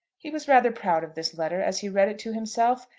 he was rather proud of this letter as he read it to himself,